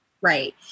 Right